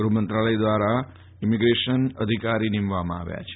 ગૃફમંત્રાલય દ્વારા ઈમિગ્રેશન અધિકારી નીમવામાં આવ્યા છે